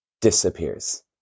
disappears